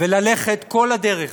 וללכת כל הדרך